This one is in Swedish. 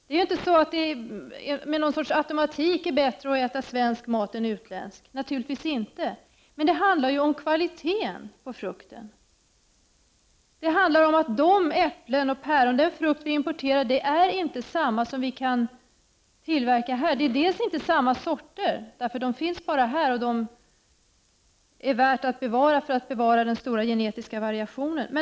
Det är inte automatiskt så att det är bättre att äta svensk mat än att äta utländsk, men det handlar om kvaliteten på frukten, om att de äpplen och päron som vi importerar inte är lika som den vi kan producera här. Det är inte samma sorter, utan våra sorter finns bara här och är värda att bevara för att behålla den stora genetiska variationen.